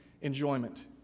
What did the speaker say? enjoyment